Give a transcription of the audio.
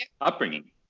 upbringing